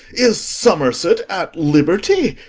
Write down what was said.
is somerset at libertie?